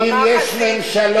במאחזים,